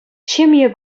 ҫемье